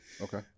okay